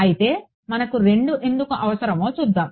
అయితే మనకు 2 ఎందుకు అవసరమో చూద్దాం